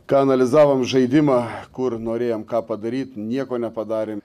ką analizavom žaidimą kur norėjom ką padaryt nieko nepadarėm